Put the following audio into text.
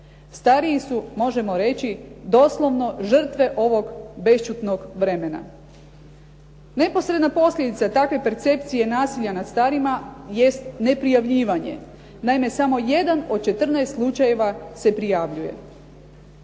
Stariji su možemo reći doslovno žrtve ovog bešćutnog vremena. Neposredna posljedica takve percepcije nasilja nad starima jest neprijavljivanje. Naime samo jedan od 14 slučajeva se prijavljuje.